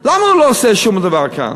למה הוא לא עושה שום דבר כאן?